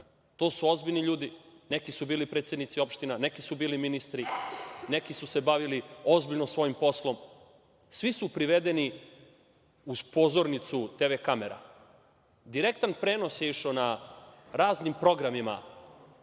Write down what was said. su ozbiljni ljudi. Neki su bili predsednici opština, neki su bili ministri, neki su se bavili ozbiljno svojim poslom. Svi su privedeni uz pozornicu tv kamera. Direktan prenos je išao na raznim programima